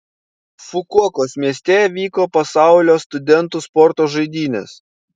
fukuokos mieste vyko pasaulio studentų sporto žaidynės